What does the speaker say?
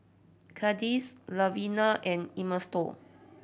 Candis Luvenia and Ernesto